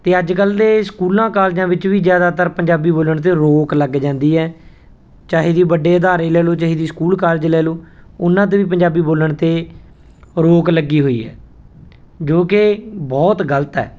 ਅਤੇ ਅੱਜ ਕੱਲ੍ਹ ਦੇ ਸਕੂਲਾਂ ਕਾਲਜਾਂ ਵਿੱਚ ਵੀ ਜ਼ਿਆਦਾਤਰ ਪੰਜਾਬੀ ਬੋਲਣ 'ਤੇ ਰੋਕ ਲੱਗ ਜਾਂਦੀ ਹੈ ਚਾਹੇ ਜੇ ਵੱਡੇ ਅਦਾਰੇ ਲੈ ਲਓ ਚਾਹੇ ਜੇ ਸਕੂਲ ਕਾਲਜ ਲੈ ਲਓ ਉਹਨਾਂ 'ਤੇ ਵੀ ਪੰਜਾਬੀ ਬੋਲਣ 'ਤੇ ਰੋਕ ਲੱਗੀ ਹੋਈ ਹੈ ਜੋ ਕਿ ਬਹੁਤ ਗਲਤ ਹੈ